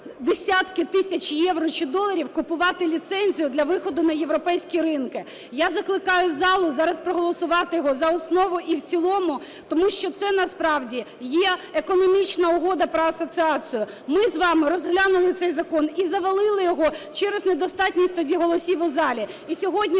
десятки тисяч євро чи доларів купувати ліцензію для виходу на європейські ринки. Я закликаю залу зараз проголосувати його за основу і в цілому, тому що це насправді є економічна угода про асоціацію. Ми з вами розглянули цей закон і завалили його через недостатність тоді голосів у залі. І сьогодні